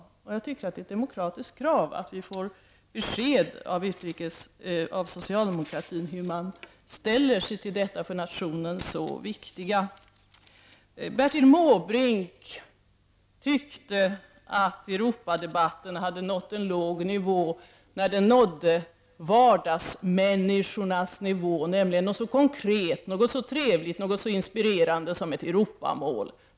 Jag tycker också att det är ett demokratiskt krav att vi får besked om hur socialdemokratin ställer sig till detta för nationen så viktiga. Bertil Måbrink tyckte att Europadebatten hade nått en låg nivå när den nådde vardagsmänniskornas nivå, nämligen något så konkret, så trevligt och inspirerande som ett Europamål.